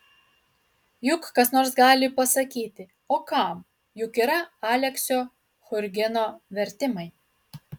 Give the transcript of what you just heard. juk kas nors gali pasakyti o kam juk yra aleksio churgino vertimai